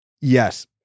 Yes